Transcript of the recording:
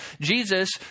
Jesus